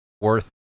worth